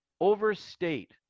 overstate